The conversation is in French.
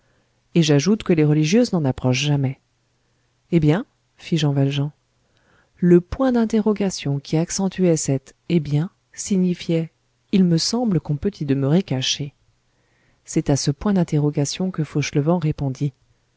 et j'ajoute que les religieuses n'en approchent jamais eh bien fit jean valjean le point d'interrogation qui accentuait cet eh bien signifiait il me semble qu'on peut y demeurer caché c'est à ce point d'interrogation que fauchelevent répondit